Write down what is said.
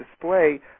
display